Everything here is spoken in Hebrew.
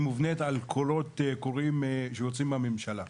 היא מובנית על קולות קוראים שיוצאים מהממשלה.